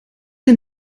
den